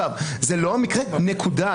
זה לא המקרה, נקודה.